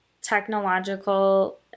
technological